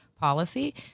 policy